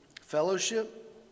fellowship